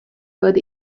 but